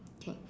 K